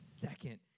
second